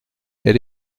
elle